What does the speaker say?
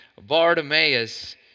Bartimaeus